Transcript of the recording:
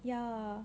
ya